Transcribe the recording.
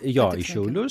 jo į šiaulius